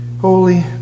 holy